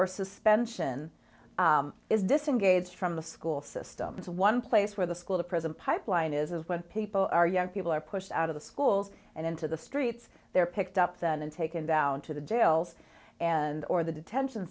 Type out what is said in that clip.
or suspension is disengaged from the school system to one place where the school to prison pipeline is when people are young people are pushed out of the schools and into the streets they're picked up then and taken down to the jails and or the detention